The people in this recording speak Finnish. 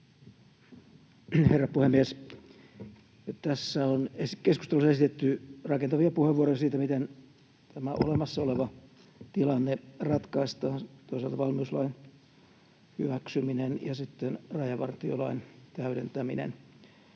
Herra puhemies! Keskustelussa on esitetty rakentavia puheenvuoroja siitä, miten tämä olemassa oleva tilanne ratkaistaan: toisaalta valmiuslain hyväksyminen ja sitten rajavartiolain täydentäminen.